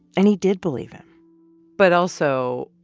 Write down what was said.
and he did believe him but also,